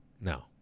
No